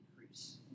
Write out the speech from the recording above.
increase